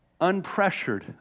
unpressured